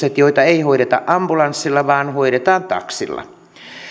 kuljetukset joita ei hoideta ambulanssilla vaan taksilla